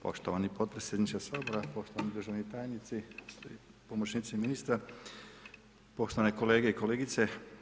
Poštovani potpredsjedniče Sabora, poštovani državni tajnici, pomoćnici ministra, poštovani kolege i kolegice.